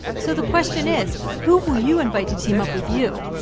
so the question is, who will you invite to team up with you?